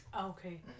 okay